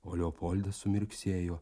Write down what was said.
o leopoldas sumirksėjo